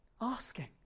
asking